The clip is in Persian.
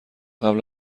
قبل